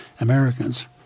Americans